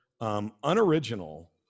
unoriginal